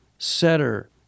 Setter